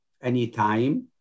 anytime